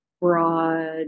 broad